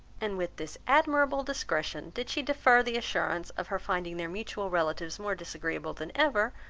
and with this admirable discretion did she defer the assurance of her finding their mutual relatives more disagreeable than ever,